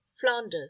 Flanders